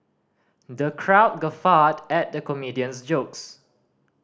the crowd guffawed at the comedian's jokes